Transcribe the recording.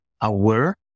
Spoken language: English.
aware